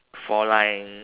four lines